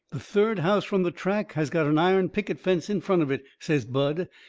the third house from the track has got an iron picket fence in front of it, says bud,